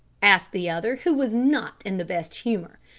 asked the other, who was not in the best humour.